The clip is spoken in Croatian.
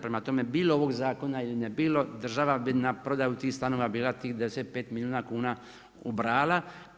Prema tome, bilo ovog zakona ili ne bilo država bi na prodaju tih stanova bila tih 95 milijuna kuna ubrala.